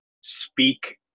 speak